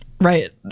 right